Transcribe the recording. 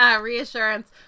reassurance